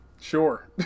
Sure